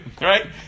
right